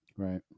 right